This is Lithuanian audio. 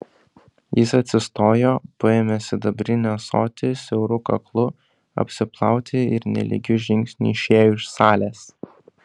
jis atsistojo paėmė sidabrinį ąsotį siauru kaklu apsiplauti ir nelygiu žingsniu išėjo iš salės